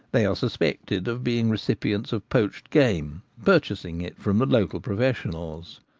they are suspected of being recipients of poached game, purchasing it from the local professionals.